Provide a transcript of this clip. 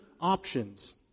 options